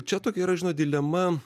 čia tokia yra žinot dilema